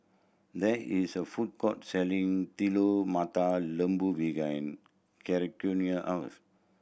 there is a food court selling Telur Mata Lembu behind house